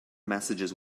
messages